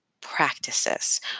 practices